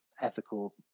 ethical